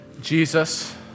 Jesus